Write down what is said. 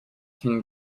can